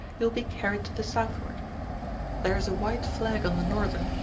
you will be carried to the southward there is a white flag on the northern,